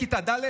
מכיתה ד',